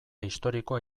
historikoa